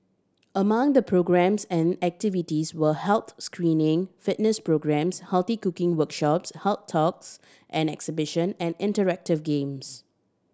among the programmes and activities were health screening fitness programmes healthy cooking workshops health talks and exhibition and interactive games